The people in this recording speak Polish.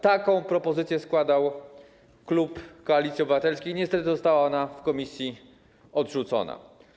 Taką propozycję składał klub Koalicji Obywatelskiej, niestety została ona w komisji odrzucona.